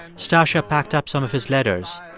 stacya packed up some of his letters,